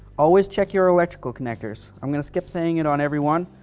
always check your electrical connectors. i'm going to skip saying it on everyone,